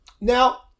Now